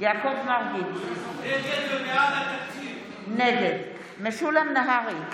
יעקב מרגי, נגד משולם נהרי,